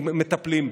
מטפלים בה.